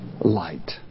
light